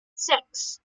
six